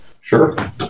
Sure